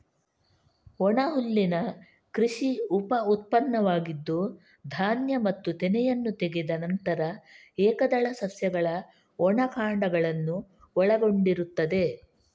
ಒಣಹುಲ್ಲಿನ ಕೃಷಿ ಉಪ ಉತ್ಪನ್ನವಾಗಿದ್ದು, ಧಾನ್ಯ ಮತ್ತು ತೆನೆಯನ್ನು ತೆಗೆದ ನಂತರ ಏಕದಳ ಸಸ್ಯಗಳ ಒಣ ಕಾಂಡಗಳನ್ನು ಒಳಗೊಂಡಿರುತ್ತದೆ